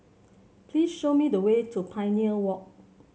please show me the way to Pioneer Walk